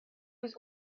was